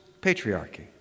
patriarchy